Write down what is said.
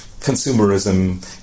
consumerism